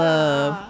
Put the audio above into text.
Love